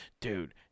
Dude